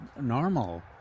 normal